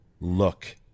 look